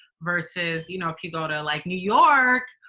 versus. you know, if you go to like new york,